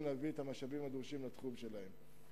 להגדיל את המשאבים הדרושים לתחום שלהם,